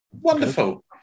Wonderful